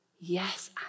Yes